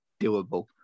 doable